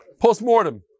post-mortem